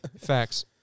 Facts